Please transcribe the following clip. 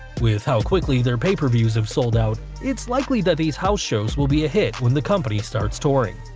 with how quickly their pay per views have sold out, it's likely that these house shows will be a hit when the company starts touring.